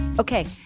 Okay